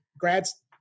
grads